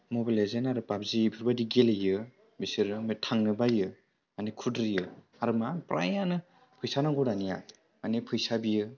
mobile legend आरो PUBG बेफोरबायदि गेलेयो बिसोरो ओमफ्राय थांनो बायो माने खुद्रियो आरो मा प्रायानो फैसा नांगौ होननानैहा माने फैसा बियो